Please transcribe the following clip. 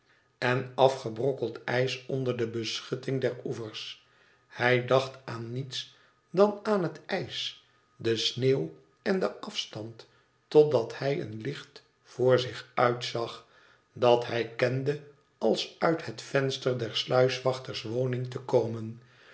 en afgebrokkeld ijs onder de beschutting der oevers hij dacht aan niets dan aan het ijs de sneeuw en den afstand totdat hij een licht voor zich uit zag dat hij kende als uit het venster der sluiswachterswoning te komen